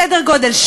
סדר גודל.